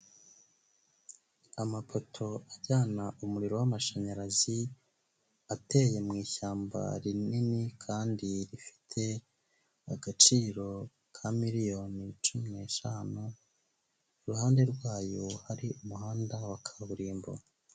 Inyubako nini yiganjemo ibara ry'umweru n'umukara ihagaze ahantu hirengeye ubona ko iri ku isoko kandi igurishwa amafaranga make uyishaka yayibona ku giciro cyiza.